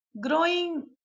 growing